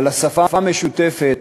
אבל השפה המשותפת